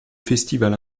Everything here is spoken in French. festival